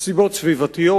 סיבות סביבתיות.